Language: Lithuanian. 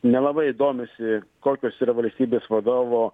nelabai domisi kokios yra valstybės vadovo